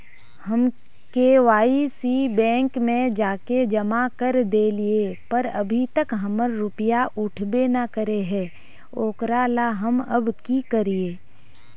हम KYC bank में जाके जमा कर देलिए पर अभी तक हमर रुपया उठबे न करे है ओकरा ला हम अब की करिए?